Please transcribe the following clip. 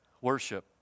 worship